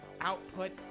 output